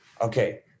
okay